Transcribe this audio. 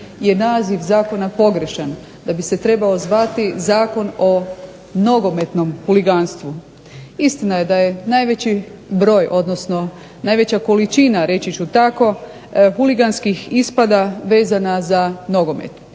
je naziv zakona pogrešan, da bi se trebao zvati zakon o nogometnom huliganstvu. Istina je da je najveći broj odnosno najveća količina reći ću tako huliganskih ispada vezana za nogomet